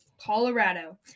Colorado